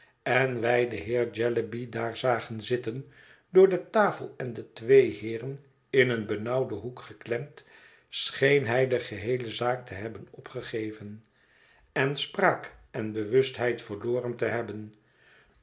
en wij den heer jellyby daar zagen zitten door de tafel en de twee heeren in een benauwden hoek geklemd scheen hij de geheele zaak te hebben opgegeven en spraak en bewustheid verloren te hebben